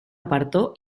apartó